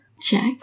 check